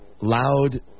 loud